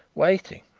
waiting,